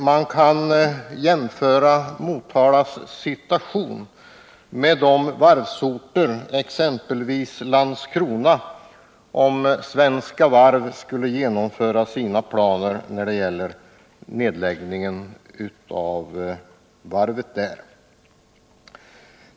Man kan jämföra Motalas situation med situationen på varvsorterna, exempelvis Landskrona, om Svenska Varv skulle genomföra sina planer på nedläggning av varvet där.